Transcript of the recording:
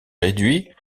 réduit